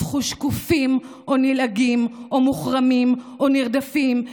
הפכו שקופים או נלעגים או מוחרמים או נרדפים,